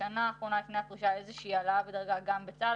בשנה האחרונה לפני הפרישה איזושהי העלאה בדרגה גם בצה"ל.